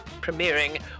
premiering